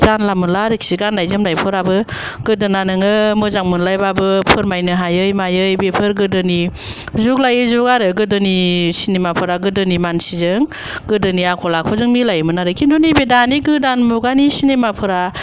जानला मोनला आरोखि गाननाय जोमनायफोराबो गोदोना नोङो मोजां मोनलायबाबो फोरमायनो हायै मायै बेफोर गोदोनि जुग लायै जुग आरो गोदोनि सिनेमा फोरा गोदोनि मानसिजों गोदोनि आखल आखुजों मिलायोमोन आरो खिन्थु नैबे दानि गोदान मुगानि सिनिमा फोरा